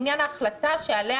לעניין ההחלטה שעליה,